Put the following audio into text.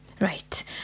Right